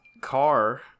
car